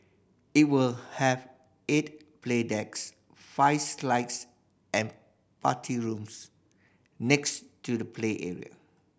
it will have eight play decks five slides and party rooms next to the play area